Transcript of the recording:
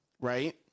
right